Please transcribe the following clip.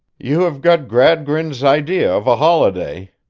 you have got gradgrind's idea of a holiday,